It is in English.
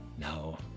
no